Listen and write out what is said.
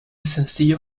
sencillo